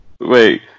Wait